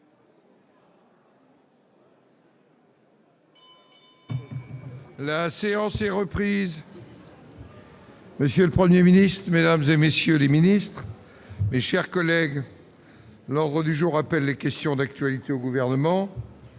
La séance est reprise. Monsieur le Premier ministre, mesdames, messieurs les ministres, mes chers collègues, l'ordre du jour appelle les réponses à des questions d'actualité au Gouvernement.